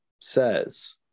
says